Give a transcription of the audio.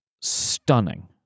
stunning